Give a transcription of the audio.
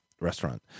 restaurant